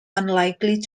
unlikely